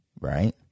right